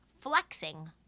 flexing